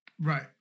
Right